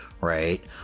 right